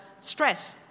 stress